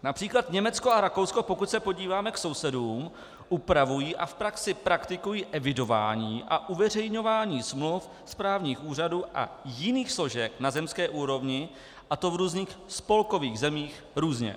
Například Německo a Rakousko, pokud se podíváme k sousedům, upravují a v praxi praktikují evidování a uveřejňování smluv správních úřadů a jiných složek na zemské úrovni, a to v různých spolkových zemích různě.